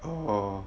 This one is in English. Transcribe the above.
orh